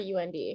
UND